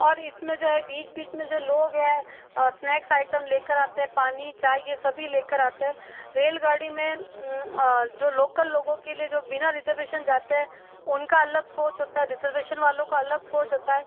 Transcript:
और इसमें जो है बीच बीच में जो लोग है स्नैक्स आइटम लेकर आते हैं पानी चाय यह सभी लेकर आते हैं रेलगाड़ी में जो लोकल लोगों के लिए जो बिना रिजर्वेशन जाते हैं उनका अलग कोच होता है रिजर्वेशन वालों का अलग कोच होता है